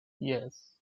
yes